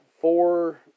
four